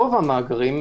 רוב המאגרים,